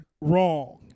wrong